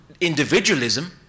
individualism